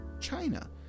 China